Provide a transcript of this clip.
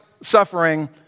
Suffering